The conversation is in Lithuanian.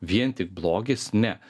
vien tik blogis ne